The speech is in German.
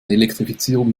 elektrifizierung